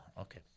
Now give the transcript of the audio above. Okay